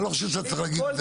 אני לא חושב שצריך להגיד את זה